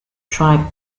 tribe